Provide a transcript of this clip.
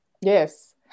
Yes